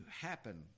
happen